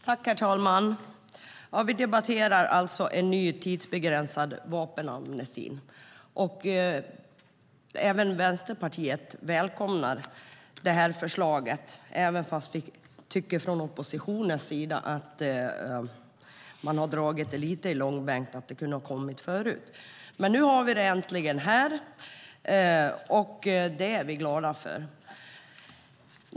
Herr talman! Vi debatterar alltså en ny tidsbegränsad vapenamnesti. Även Vänsterpartiet välkomnar förslaget, även om vi från oppositionens sida tycker att man har dragit det lite i långbänk och att det kunde ha kommit förut. Men nu har vi det äntligen här, och det är vi glada för.